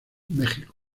mexico